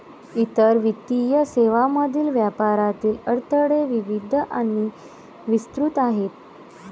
इतर वित्तीय सेवांमधील व्यापारातील अडथळे विविध आणि विस्तृत आहेत